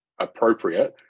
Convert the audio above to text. appropriate